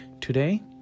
Today